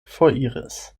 foriris